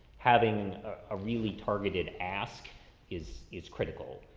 having a really targeted ask is, is critical.